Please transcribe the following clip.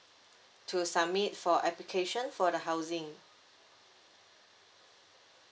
to submit for application for the housing